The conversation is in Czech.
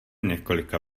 několika